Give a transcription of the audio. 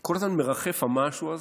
אתה רואה שכל הזמן מרחף המשהו הזה,